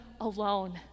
alone